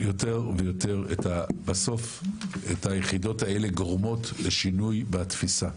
בסוף יותר ויותר את היחידות האלה גורמות לשינוי בתפיסה.